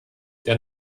der